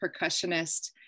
percussionist